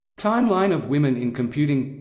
timeline of women in computing